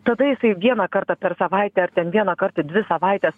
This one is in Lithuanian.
tada jisai vieną kartą per savaitę ar ten vieną kartą į dvi savaites